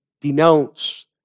Denounce